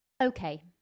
Okay